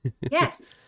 Yes